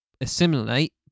assimilate